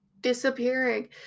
disappearing